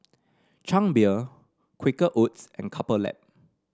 Chang Beer Quaker Oats and Couple Lab